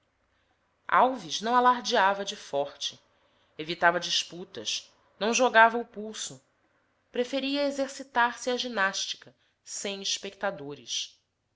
alves não alardeava de forte evitava disputas não jogava o pulso preferia exercitar se à ginástica sem espectadores